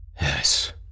Yes